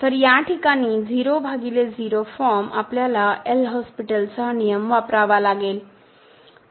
तर या ठिकाणी 00 फॉर्म आपल्याला L'हॉस्पिटलचा नियम वापरावा लागेल